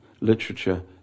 literature